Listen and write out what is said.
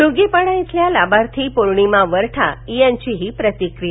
डुंगीपाडा इथल्या लाभार्थी पौर्णिमा वरठा यांची ही प्रतिक्रीया